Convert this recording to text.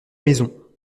maison